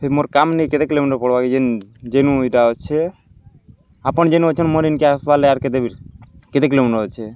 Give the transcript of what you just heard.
ହେ ମୋର୍ କାମ୍ ନିକେ କେତେ କିଲୋମିଟର୍ ପଡ଼୍ବା କି ଯେନ୍ ଯେନୁ ଇଟା ଅଛେ ଆପଣ୍ ଯେନୁ ଅଛନ୍ ମୋର୍ ଇନ୍କେ ଆସ୍ବାର୍ଲାଗି ଆର୍ କେତେବେଲ୍ କେତେ କିଲୋମିଟର୍ ଅଛେ